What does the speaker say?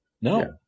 No